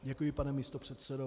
Děkuji, pane místopředsedo.